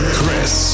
Chris